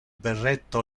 berretto